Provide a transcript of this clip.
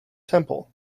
temple